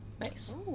Nice